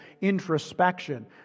introspection